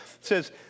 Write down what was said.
says